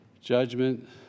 judgment